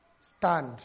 stand